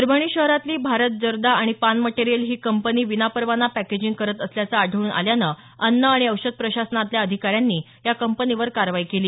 परभणी शहरातली भारत जर्दा आणि पान मटेरियल ही कंपनी विनापरवाना पॅकेजिंग करत असल्याचं आढळून आल्यानं अन्न आणि औषध प्रशासनातल्या अधिकाऱ्यांनी या कंपनीवर कारवाई केली